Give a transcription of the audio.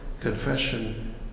confession